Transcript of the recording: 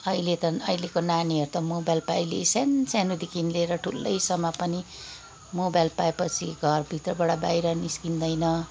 अहिले त अहिलेको नानीहरू त मोबाइल त सानसानोदेखि लिएर ठुलैसम्म पनि मोबाइल पाएपछि घरभित्रबाट बाहिर निस्किँदैन